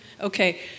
Okay